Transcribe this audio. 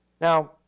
now